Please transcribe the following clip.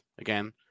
again